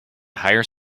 hire